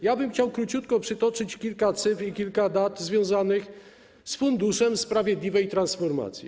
Ja bym chciał króciutko przytoczyć kilka cyfr i kilka dat związanych z Funduszem Sprawiedliwej Transformacji.